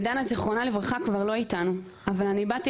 ודנה זיכרונה לברכה כבר לא איתנו אבל אני באתי